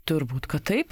turbūt kad taip